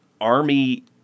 Army